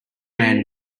man